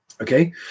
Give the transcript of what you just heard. Okay